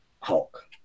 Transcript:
Hulk